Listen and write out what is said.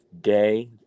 day